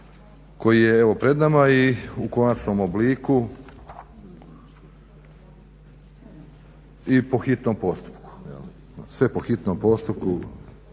koji je evo pred nama i u konačnom obliku i po hitnom postupku. Sve po hitnom postupku